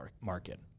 market